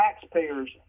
taxpayers